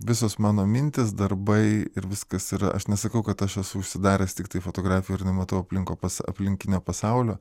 visos mano mintys darbai ir viskas yra aš nesakau kad aš esu užsidaręs tiktai fotografijoj ir nematau aplinkui aplinkinio pasaulio